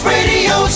Radio